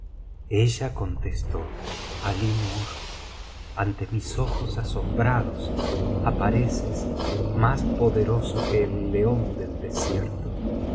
ella contestó alí nur ante mis ojos asombrados apareces más poderoso que el león del desierto